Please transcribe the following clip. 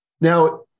Now